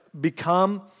become